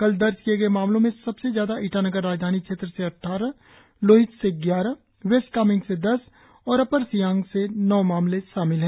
कल दर्ज किए मामलों में सबसे ज्यादा ईटानगर राजधानी क्षेत्र से अट्ठारह लोहित से ग्यारह वेस्ट कामेंग से दस और अपर सियांग से नौ मामले शामिल है